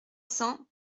cents